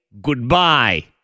goodbye